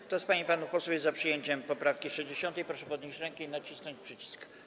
Kto z pań i panów posłów jest za przyjęciem poprawki 60., proszę podnieść rękę i nacisnąć przycisk.